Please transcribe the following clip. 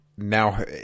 Now